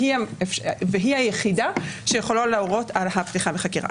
והיא היחידה שיכולה להורות על הפתיחה בחקירה.